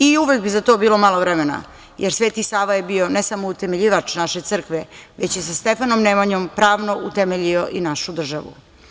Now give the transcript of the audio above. I uvek bi za to bilo malo vremena, jer Sveti Sava je bio ne samo utemeljivač naše crkve, već i sa Stefanom Nemanjom pravno utemeljio i našu državu.